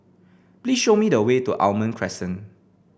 please show me the way to Almond Crescent